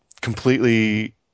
completely